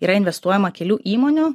yra investuojama kelių įmonių